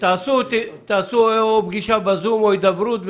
תעשו פגישה בזום או הידברות,